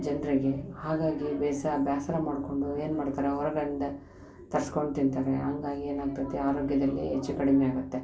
ಜನರಿಗೆ ಹಾಗಾಗಿ ಬೇಸರ ಬೇಸರ ಮಾಡಿಕೊಂಡು ಏನು ಮಾಡ್ತಾರೆ ಹೊರಗಡೆಂದ ತರ್ಸ್ಕೊಂಡು ತಿಂತಾರೆ ಹಾಗಾಗಿ ಏನಾಗ್ತದೆ ಆರೋಗ್ಯದಲ್ಲಿ ಹೆಚ್ಚು ಕಡಿಮೆ ಆಗುತ್ತೆ